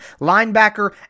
linebacker